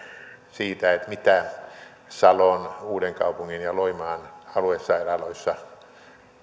siitä mitä salon uudenkaupungin ja loimaan aluesairaaloissa